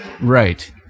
Right